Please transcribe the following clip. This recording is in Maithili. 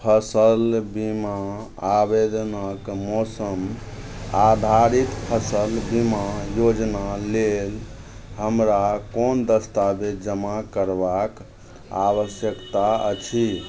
फसल बीमा आवेदनक मौसम आधारित फसल बीमा योजना लेल हमरा कोन दस्तावेज जमा करबाक आवश्यकता अछि